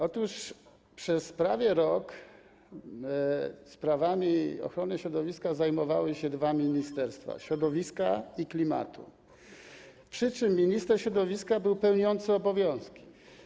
Otóż przez prawie rok sprawami ochrony środowiska zajmowały się dwa ministerstwa: Ministerstwo Środowiska i Ministerstwo Klimatu, przy czym minister środowiska był pełniącym obowiązki.